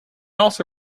also